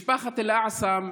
משפחת אלאעסם,